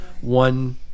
one